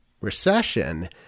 recession